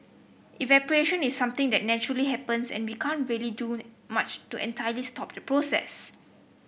evaporation is something that naturally happens and we can't really do much to entirely stop the process